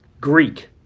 Greek